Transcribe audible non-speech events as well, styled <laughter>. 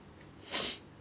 <noise>